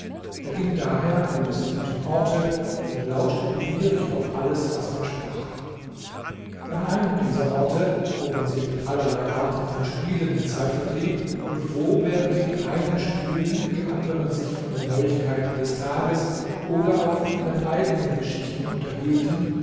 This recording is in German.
er ging daher an die besuchten orte und lauschte begierig auf alles was man sprach an einem dieser orte wo man sich mit allerlei arten von spielen die zeit vertrieb und wo während die einen spielten die anderen sich von den neuigkeiten des tages oder auch von ihren eigenen geschichten unterhielten